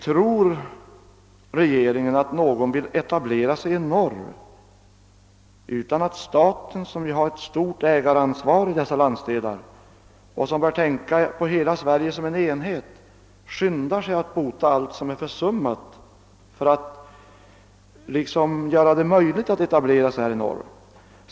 Tror regeringen att någon vill etablera sig i norr, om inte staten, som ju har ett stort ägaransvar i dessa landsdelar och som bör tänka på hela Sverige som en enhet, skyndar sig att bota allt som är försummat för att möjliggöra en etablering i norr?